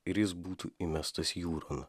ir jis būtų įmestas jūron